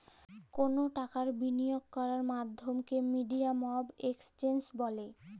call টাকার বিলিয়গ ক্যরের মাধ্যমকে মিডিয়াম অফ এক্সচেঞ্জ ব্যলে